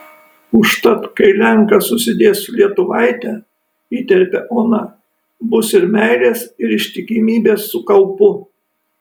užtat kai lenkas susidės su lietuvaite įterpia ona bus ir meilės ir ištikimybės su kaupu